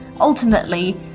Ultimately